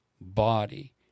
body